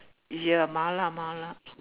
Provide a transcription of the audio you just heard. ya mala mala